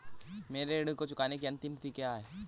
मेरे ऋण को चुकाने की अंतिम तिथि क्या है?